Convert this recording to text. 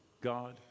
God